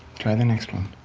try the next one.